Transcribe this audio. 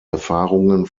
erfahrungen